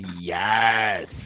yes